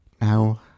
Now